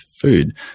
food